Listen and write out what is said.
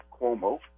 Cuomo